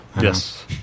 Yes